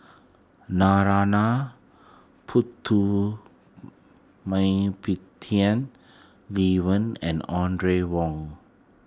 Narana Putumaippittan Lee Wen and Audrey Wong